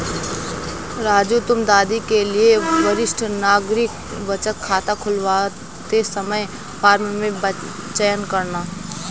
राजू तुम दादी के लिए वरिष्ठ नागरिक बचत खाता खुलवाते समय फॉर्म में चयन करना